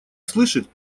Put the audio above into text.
слышит